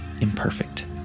imperfect